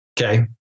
Okay